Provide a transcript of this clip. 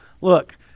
Look